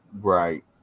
Right